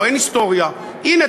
הלוא אין היסטוריה: הנה,